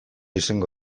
izango